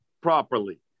properly